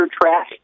trash